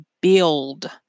build